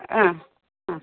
ആ ആ